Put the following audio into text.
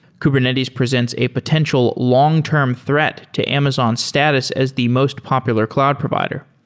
kubernetes presents a potential long-term threat to amazon's status as the most popular cloud provider.